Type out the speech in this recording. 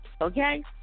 Okay